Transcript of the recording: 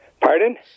Pardon